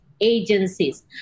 agencies